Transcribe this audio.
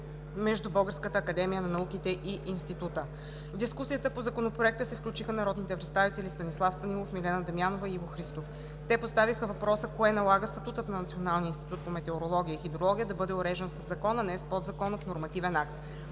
между Българската академия на науките и Института. В дискусията по Законопроекта се включиха народните представители Станислав Станилов, Милена Дамянова и Иво Христов. Те поставиха въпроса кое налага статутът на Националния институт по метеорология и хидрология да бъде уреждан със закон, а не с подзаконов нормативен акт.